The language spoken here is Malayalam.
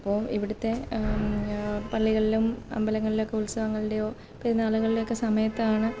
അപ്പോള് ഇവിടുത്തെ പള്ളികളിലും അമ്പലങ്ങളിലുമൊക്കെ ഉത്സവങ്ങളുടെയൊ പെരുന്നാളുകളുടെയൊക്കെ സമയത്താണ്